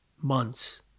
months